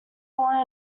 born